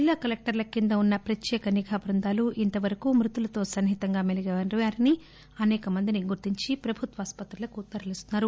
జిల్లా కలెక్టర్ల కింద ఉన్న ప్రత్యేక నిఘా బృందాలు ఇంతవరకు మృతులతో సన్ని హితంగా మెలిగిన వారిని అనేక మందిని గుర్తించి వారిని ప్రభుత్వాసుపత్రులకు తరలించారు